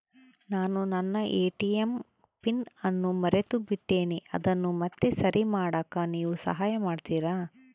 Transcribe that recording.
ನಾನು ನನ್ನ ATM PIN ಅನ್ನು ಮರೆತುಬಿಟ್ಟೇನಿ ಅದನ್ನು ಮತ್ತೆ ಸರಿ ಮಾಡಾಕ ನೇವು ಸಹಾಯ ಮಾಡ್ತಿರಾ?